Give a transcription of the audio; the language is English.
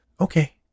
Okay